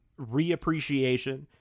reappreciation